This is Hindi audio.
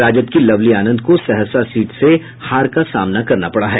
राजद की लवली आनंद को सहरसा सीट से हार का सामना करना पड़ा है